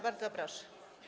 Bardzo proszę.